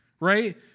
right